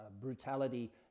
brutality